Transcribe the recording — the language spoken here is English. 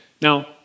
Now